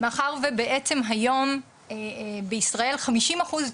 מאחר ובעצם היום בישראל חמישים אחוז,